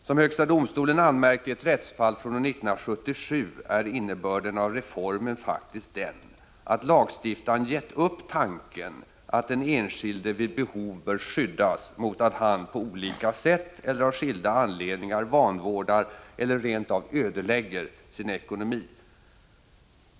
Som högsta domstolen anmärkte i ett rättsfall från år 1977 är innebörden av reformen faktiskt den, att lagstiftaren gett upp tanken, att den enskilde vid behov bör skyddas mot att han på olika sätt eller av skilda anledningar vanvårdar eller rent av ödelägger sin ekonomi.